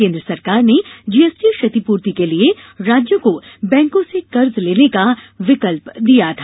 केंद्र सरकार ने जीएसटी क्षतिपूर्ति के लिए राज्यों को बैंकों से कर्ज लेने का विकल्प दिया था